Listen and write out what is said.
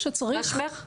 מה שמך ?